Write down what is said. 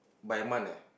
by month eh